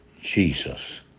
Jesus